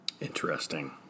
Interesting